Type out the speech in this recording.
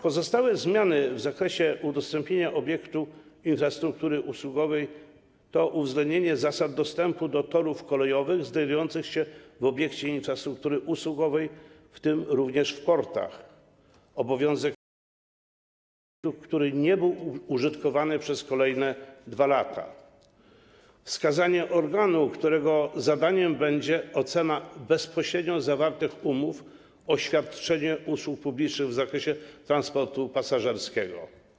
Pozostałe zmiany w zakresie udostępnienia obiektu infrastruktury usługowej to uwzględnienie zasad dostępu do torów kolejowych znajdujących się w obiekcie infrastruktury usługowej, w tym również w portach, obowiązek ogłoszenia przeznaczenia do wynajęcia lub dzierżawy obiektu, który nie był użytkowany przez kolejne 2 lata, i wskazanie organu, którego zadaniem będzie ocena bezpośrednio zawartych umów o świadczenie usług publicznych w zakresie transportu pasażerskiego.